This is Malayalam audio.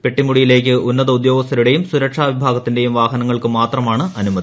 പെട്ടിമുടിയിലേക്ക് ഉന്നത ഉദ്യോഗസ്ഥരുടെയും സുരക്ഷാ വിഭാഗത്തിന്റെയും വാഹനങ്ങൾക്ക് മാത്രമാണ് അനുമതി